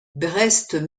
brest